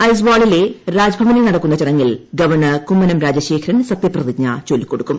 ഐസ്വാളിലെ രാജ്ഭവനിൽ നടക്കുന്ന ചടങ്ങിൽ ഗവർണർ കുമ്മനം രാജശേഖരൻ സത്യപ്രതിജ്ഞാ വാചകം ചൊല്ലികൊടുക്കും